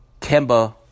Kemba